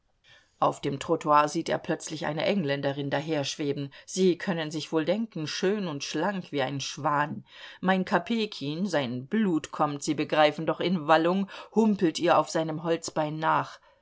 auf dem trottoir sieht er plötzlich eine engländerin daherschweben sie können sich wohl denken schön und schlank wie ein schwan mein kopejkin sein blut kommt sie begreifen doch in wallung humpelt ihr auf seinem holzbein nach